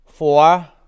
Four